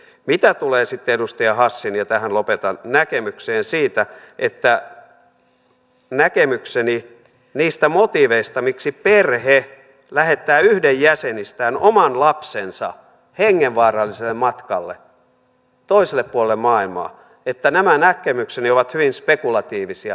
mitä tulee sitten edustaja hassin ja tähän lopetan näkemykseen siitä että näkemykseni niistä motiiveista miksi perhe lähettää yhden jäsenistään oman lapsensa hengenvaaralliselle matkalle toiselle puolelle maailmaa ovat hyvin spekulatiivisia